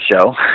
show